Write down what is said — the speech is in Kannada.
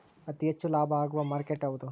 ಅತಿ ಹೆಚ್ಚು ಲಾಭ ಆಗುವ ಮಾರ್ಕೆಟ್ ಯಾವುದು?